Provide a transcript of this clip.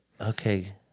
okay